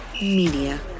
Media